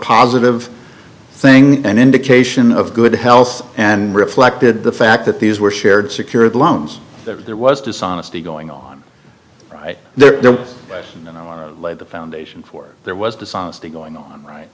positive thing an indication of good health and reflected the fact that these were shared secured loans that there was dishonesty going on right there laid the foundation for there was dishonesty going on right